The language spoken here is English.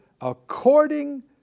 according